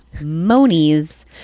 monies